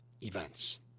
events